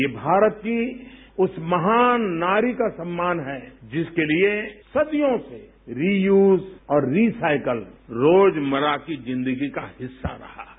ये भारत की उस महान नारी का सम्मान है जिसके लिए सदियों से रीयूज और रीसाइकल रोजमर्रा की जिंदगी का हिस्सा रहा है